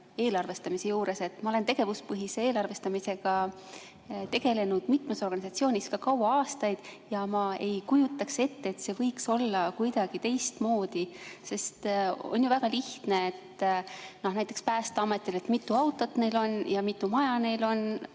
eelarvestamise juures. Ma olen tegevuspõhise eelarvestamisega tegelenud mitmes organisatsioonis kaua aastaid ja ma ei kujutaks ette, et see võiks olla kuidagi teistmoodi. Sest on ju väga lihtne: näiteks Päästeamet, mitu autot ja mitu maja neil on.